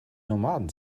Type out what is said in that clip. nomaden